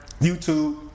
YouTube